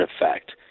effect